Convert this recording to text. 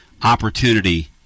opportunity